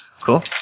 Cool